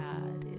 God